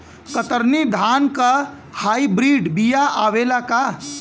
कतरनी धान क hybrid बिया आवेला का?